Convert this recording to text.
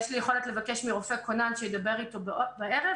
יש לי יכולת לבקש מרופא כונן שידבר אתו בערב,